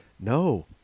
No